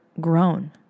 grown